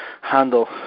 handle